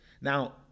Now